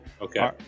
okay